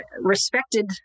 respected